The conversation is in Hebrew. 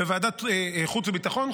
בוועדת חוץ וביטחון,